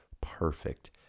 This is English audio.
perfect